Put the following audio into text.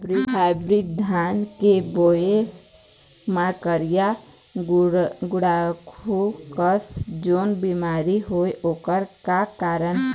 Hybrid धान के बायेल मां करिया गुड़ाखू कस जोन बीमारी होएल ओकर का कारण हे?